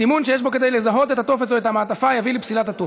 סימון שיש בו כדי לזהות את הטופס או את המעטפה יביא לפסילת הטופס.